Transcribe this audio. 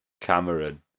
Cameron